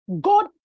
God